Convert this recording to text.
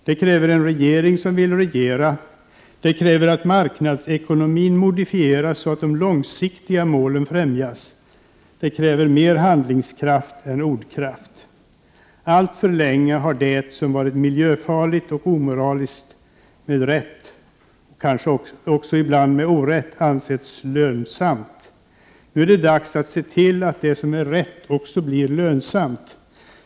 Det kräver en regering som vill regera, det kräver att marknadsekonomin modifieras så att de långsiktiga målen främjas, och det kräver mer handlingskraft än ordkraft. Alltför länge har det som varit miljöfarligt och omoraliskt med rätta, och ibland kanske också med orätt, ansetts lönsamt. Nu är det dags att se till att det som är rätt också blir lönsamt.